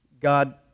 God